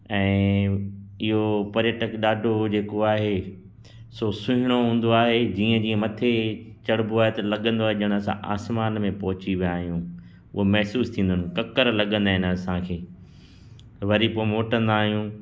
ऐं इहो पर्यटक ॾाढो जेको आहे सो सुहिणो हूंदो आहे जीअं जीअं मथे चढ़िबो आहे त लॻंदो आहे असां आसमान में पहुची विया आहियूं हुंअ महिसूसु थींदियूं आहिनि ककर लॻंदा आहिनि असांखे वरी पोइ मोटंदा आहियूं